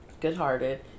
good-hearted